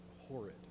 horrid